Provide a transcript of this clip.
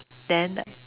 then the